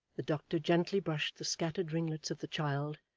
the doctor gently brushed the scattered ringlets of the child,